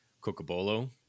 cocobolo